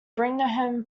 brigham